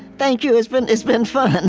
thank you. it's been it's been fun.